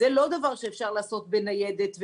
זה לא דבר שאפשר לעשות בניידת.